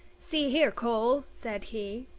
see here, cole, said he